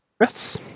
Yes